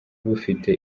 bufite